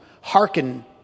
hearken